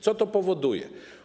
Co to powoduje?